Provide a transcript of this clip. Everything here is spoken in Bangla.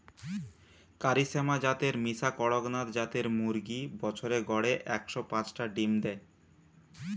কারি শ্যামা জাতের মিশা কড়কনাথ জাতের মুরগি বছরে গড়ে একশ পাচটা ডিম দেয়